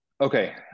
Okay